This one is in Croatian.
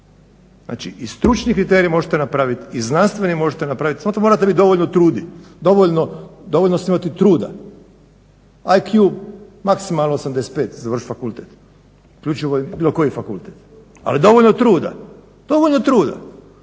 Znači i stručni kriterij možete napraviti i znanstveni možete napraviti samo se morate dovoljno truditi, dovoljno imati truda. IQ maksimalno 85 završiti fakultet. Bilo koji fakultet ali dovoljno truda. Ali treći